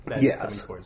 Yes